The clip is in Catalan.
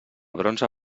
bronze